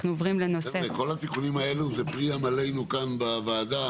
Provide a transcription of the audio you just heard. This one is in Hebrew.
חבר'ה כל התיקונים האלה זה פרי עמלנו כאן בוועדה,